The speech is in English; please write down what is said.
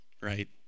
right